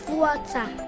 water